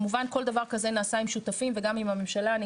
כמובן כל דבר כזה נעשה עם שותפים וגם עם הממשלה.